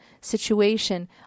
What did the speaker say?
situation